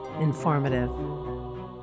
informative